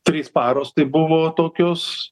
trys paros tai buvo tokios